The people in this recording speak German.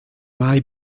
mai